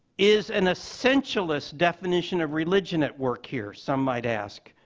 is an essentialist definition of religion at work here? some might ask.